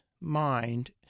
mind